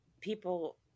people